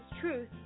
Truth